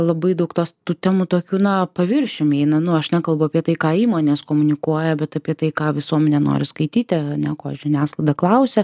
labai daug tos tų temų tokių na paviršium eina nu aš nekalbu apie tai ką įmonės komunikuoja bet apie tai ką visuomenė nori skaityti ane ko žiniasklaida klausia